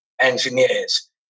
engineers